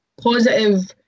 positive